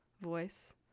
voice